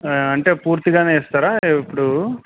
అంటే పూర్తిగానేస్తారా ఇప్పుడు